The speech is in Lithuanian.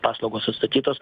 paslaugos atstatytos